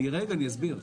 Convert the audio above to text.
אסביר.